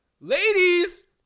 Ladies